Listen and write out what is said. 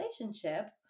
relationship